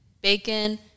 bacon